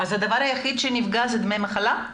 הדבר היחיד שנפגע זה דמי מחלה?